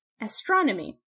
astronomy